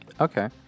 Okay